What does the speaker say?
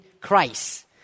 Christ